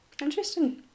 Interesting